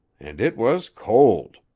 and it was cold.